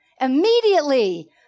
immediately